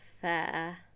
fair